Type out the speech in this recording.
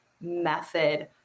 method